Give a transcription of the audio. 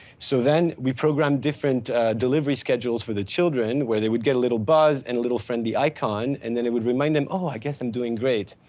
so then we programmed different delivery schedules for the children where they would get a little buzz and a little friendly icon and then it would remind them oh, i guess i'm doing great.